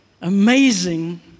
amazing